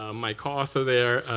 um my cards are there.